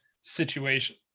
situation